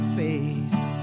face